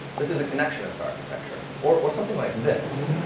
this is a connectionist architecture, or or something like this,